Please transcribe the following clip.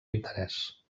interès